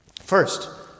First